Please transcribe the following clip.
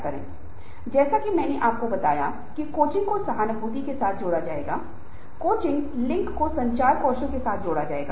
एक लड़के के रूप में उनका बचपन बहुत अच्छा नहीं था माता पिता तलाकशुदा थे और वह अपने जैविक पिता से कभी नहीं मिले थे